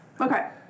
okay